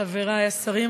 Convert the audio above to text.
חברי השרים,